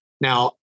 Now